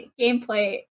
gameplay